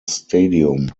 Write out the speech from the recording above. stadium